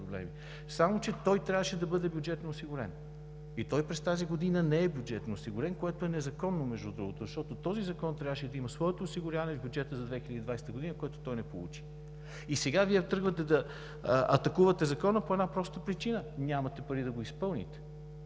Само че трябваше да бъде бюджетно осигурен, а през тази година той не е бюджетно осигурен, което е незаконно, между другото, защото този закон трябваше да има своето осигуряване с бюджета за 2020 г., което не получи. И сега Вие тръгвате да атакувате Закона по една проста причина – нямате пари да го изпълните,